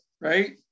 right